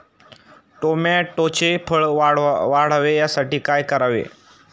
टोमॅटोचे फळ वाढावे यासाठी काय करावे?